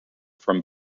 from